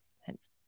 hence